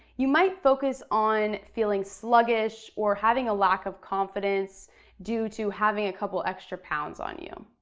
you might focus on feeling sluggish or having a lack of confidence due to having a couple extra pounds on you.